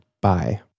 Bye